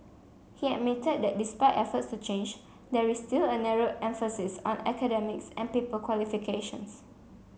he admitted that despite efforts to change there is still a narrow emphasis on academics and paper qualifications